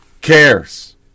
cares